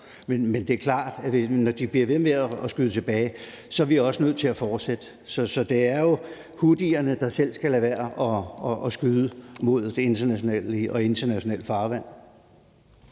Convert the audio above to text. Men det er klart, at når de bliver ved med at skyde tilbage, er vi også nødt til at fortsætte. Så det er jo houthierne, der selv skal lade være med at skyde mod internationale skibe i internationalt farvand.